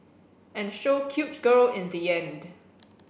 and show cute girl in the end